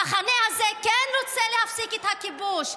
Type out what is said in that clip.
המחנה הזה כן רוצה להפסיק את הכיבוש,